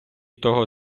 того